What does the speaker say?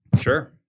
Sure